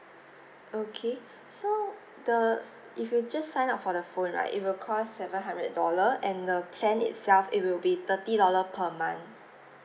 okay so the if you just sign up for the phone right it will cost seven hundred dollar and the plan itself it will be thirty dollar per month